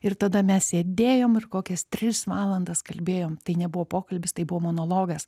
ir tada mes sėdėjom ir kokias tris valandas kalbėjom tai nebuvo pokalbis tai buvo monologas